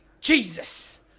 Jesus